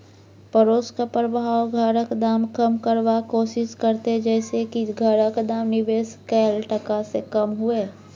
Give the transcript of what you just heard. पडोसक प्रभाव घरक दाम कम करबाक कोशिश करते जइसे की घरक दाम निवेश कैल टका से कम हुए